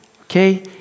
okay